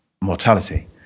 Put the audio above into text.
mortality